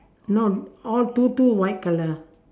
no all two two white colour